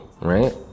right